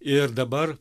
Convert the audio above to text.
ir dabar